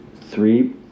three